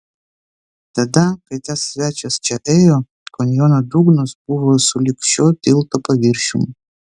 tada kai tas svečias čia ėjo kanjono dugnas buvo sulig šio tilto paviršium